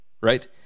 right